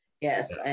yes